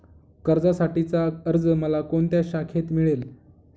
कर्जासाठीचा अर्ज मला कोणत्या शाखेत मिळेल?